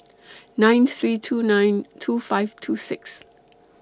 nine three two nine two five two six